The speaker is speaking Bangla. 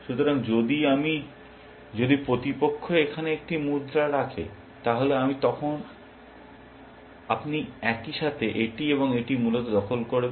সুতরাং যদি আমি যদি প্রতিপক্ষ এখানে একটি মুদ্রা রাখে তাহলে আমি তখন আপনি একই সাথে এটি এবং এটি মূলত দখল করবেন